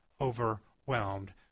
overwhelmed